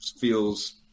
feels